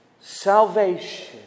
salvation